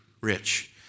rich